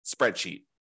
spreadsheet